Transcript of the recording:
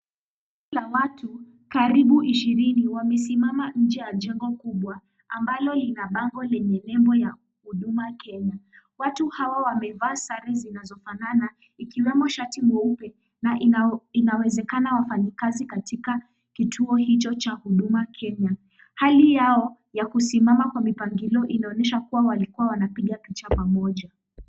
Kundi la watu , karibu ishirini wamesimamanje ya jengo kubwa ambalo lina bango lenye nembo ya huduma kenya. Watu hawa wamevaa sare zinazofanana, ikiwemo shati mweupe na ina wezekana wafanyakazi katika kituo hicho cha huduma Kenya. Hali yao ya kusimama kwa mipangilio inaonyesha kuwa walikuwa wanapiga picha pamoja.